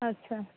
अच्छा